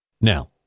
Now